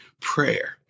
Prayer